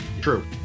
True